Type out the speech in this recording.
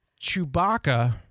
Chewbacca